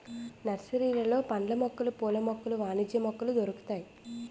నర్సరీలలో పండ్ల మొక్కలు పూల మొక్కలు వాణిజ్య మొక్కలు దొరుకుతాయి